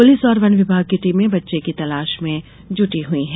police और वन विभाग की टीम बच्चें की तलाश में जुटी हुई है